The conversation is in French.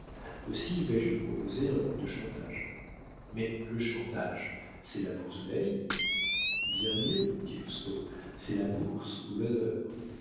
aussi vais-je lui proposer un coup de chantage mais le chantage c'est la bourse ou la vie bien mieux dit lousteau c'est la bourse ou l'honneur